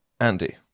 Andy